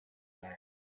fly